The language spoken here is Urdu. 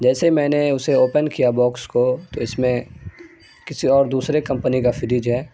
جیسے میں نے اسے اوپن کیا باکس کو تو اس میں کسی اور دوسرے کمپنی کا فریج ہے